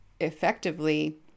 effectively